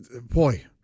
boy